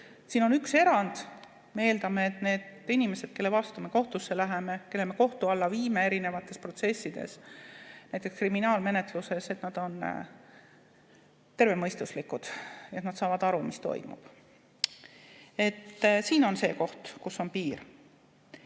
Siin on üks erand. Me eeldame, et need inimesed, kelle vastu me kohtusse läheme, kelle me kohtu alla viime erinevates protsessides, näiteks kriminaalmenetluses, on tervemõistuslikud, nad saavad aru, mis toimub. Siin on see koht, kus on piir.